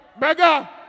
Mega